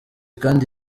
kandi